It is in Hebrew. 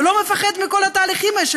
ולא מפחד מכל התהליכים האלה,